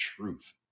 truth